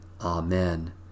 Amen